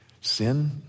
sin